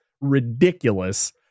ridiculous